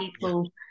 People